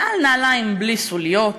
נעל נעליים בלי סוליות,